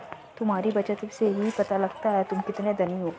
तुम्हारी बचत से ही पता लगता है तुम कितने धनी हो